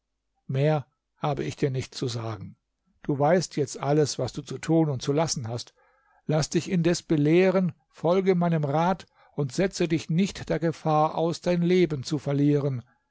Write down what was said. mehr habe ich dir nicht zu sagen du weißt jetzt alles was du zu tun und zu lassen hast laß dich indes belehren folge meinem rat und setze dich nicht der gefahr aus dein leben zu verlieren